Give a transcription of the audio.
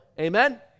amen